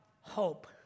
hope